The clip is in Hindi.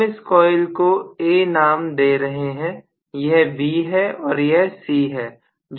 हम इस कॉइल को A नाम दे रहे हैं यह B है और यह C है